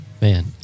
Man